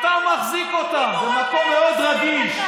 אתה מחזיק אותם במקום מאוד רגיש.